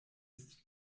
ist